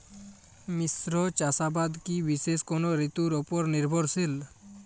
মিশ্র চাষাবাদ কি বিশেষ কোনো ঋতুর ওপর নির্ভরশীল?